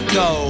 go